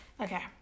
Okay